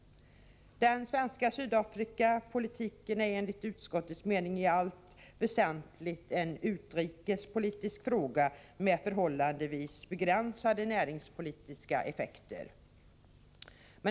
Den svenska Sydafrikapolitiken är enligt utskottets mening i allt väsentligt en utrikespolitisk fråga med förhållandevis begränsade näringspolitiska effekter.